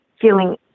feeling